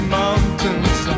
mountains